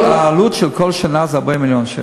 העלות של כל שנה זה 40 מיליון שקל.